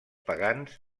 pagans